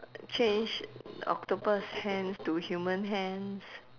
change octopus hands to human hands